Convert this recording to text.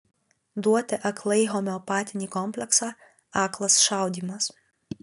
duoti aklai homeopatinį kompleksą aklas šaudymas